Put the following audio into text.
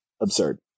absurd